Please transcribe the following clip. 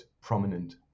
prominent